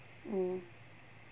mm